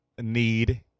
need